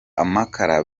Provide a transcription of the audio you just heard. amakara